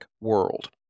World